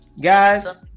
guys